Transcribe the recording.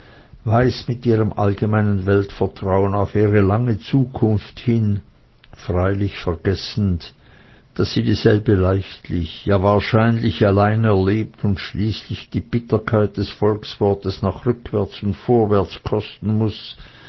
weist mit ihrem allgemeinen weltvertrauen auf ihre lange zukunft hin freilich vergessend daß sie dieselbe leichtlich ja wahrscheinlich allein erlebt und schließlich die bitterkeit des volkswortes nach rückwärts und vorwärts kosten muß